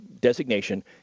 designation